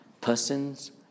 persons